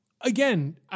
Again